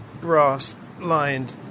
brass-lined